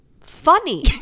funny